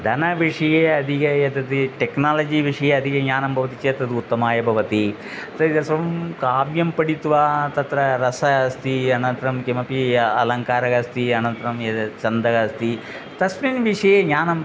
धनविषये अधिकः एतत् टेक्नोलजि विषये अधिकं ज्ञानं भवति चेत् तदुत्तमाय भवति तर्हि तसं काव्यं पठित्वा तत्र रसः अस्ति अनन्तरं किमपि अलङ्कारः अस्ति अनन्तरं यद् छन्दः अस्ति तस्मिन् विषये ज्ञानम्